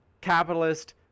capitalist